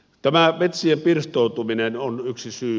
tämä metsien pirstoutuminen on yksi syy